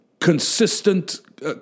consistent